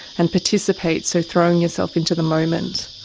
and participate, so throwing yourself into the moment.